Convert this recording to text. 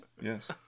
Yes